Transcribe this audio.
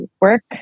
work